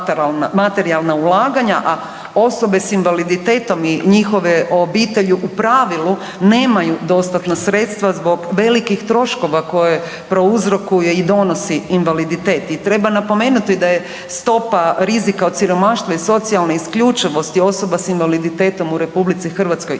materijalna ulaganja, a osobe s invaliditetom i njihove obitelji u pravilu nemaju dostatna sredstva zbog velikih troškova koje prouzrokuje i donosi invaliditet. I treba napomenuti da je stopa rizika od siromaštva i socijalne isključivosti osoba s invaliditetom u RH izuzetno